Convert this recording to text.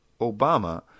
Obama